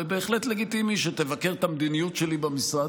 ובהחלט לגיטימי שתבקר את המדיניות שלי במשרד,